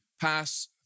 pass